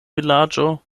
vilaĝo